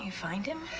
find him?